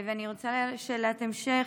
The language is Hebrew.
אני רוצה שאלת המשך.